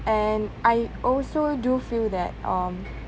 and I also do feel that um